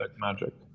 magic